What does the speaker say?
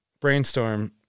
Brainstorm